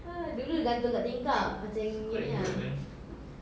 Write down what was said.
dulu dia gantung dekat tingkap macam ini ah